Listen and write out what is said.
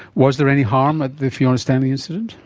was there any harm at the fiona stanley incident?